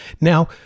Now